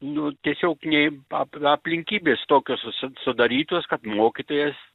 nu tiesiog nei ap aplinkybės tokios su sudarytos kad mokytojas